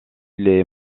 les